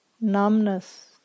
numbness